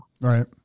Right